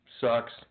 Sucks